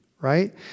right